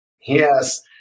Yes